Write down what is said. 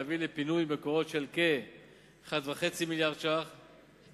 להביא לפינוי מקורות של כ-1.5 מיליארד שקלים